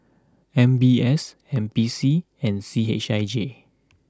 M B S N P C and C H I J